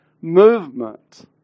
movement